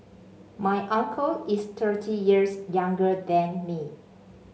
my uncle is thirty years younger than me